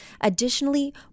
Additionally